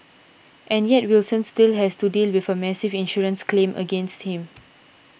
and yet Wilson still has to deal with a massive insurance claim against him